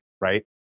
right